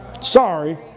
Sorry